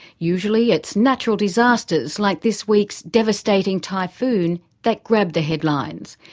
usually it's natural disasters, like this week's devastating typhoon, that grab the headlines.